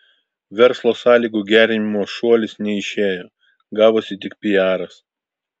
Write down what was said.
verslo sąlygų gerinimo šuolis neišėjo gavosi tik piaras